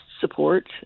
support